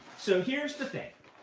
so here's the thing.